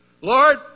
Lord